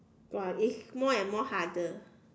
!wah! it's more and more harder